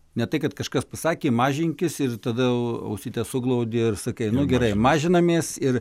ne tai kad kažkas pasakė mažinkis ir tada ausytes suglaudė ir sakai nu gerai mažinamės ir